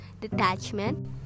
detachment